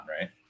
right